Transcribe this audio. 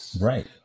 Right